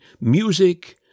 music